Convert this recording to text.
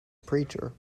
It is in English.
preacher